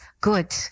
good